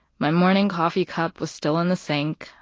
my morning coffee cup was still in the sink,